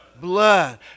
Blood